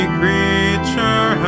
creature